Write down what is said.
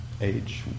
age